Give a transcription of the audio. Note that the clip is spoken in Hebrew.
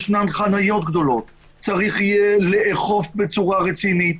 ישנן חניות גדולות, צריך יהיה לאכוף בצורה רצינית.